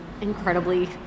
incredibly